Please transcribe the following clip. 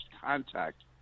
contact